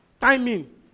timing